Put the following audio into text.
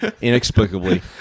inexplicably